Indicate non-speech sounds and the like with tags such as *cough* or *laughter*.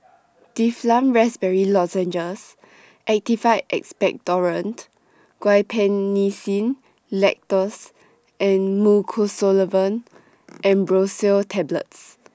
Difflam Raspberry Lozenges *noise* Actified Expectorant Guaiphenesin Linctus and Mucosolvan *noise* Ambroxol Tablets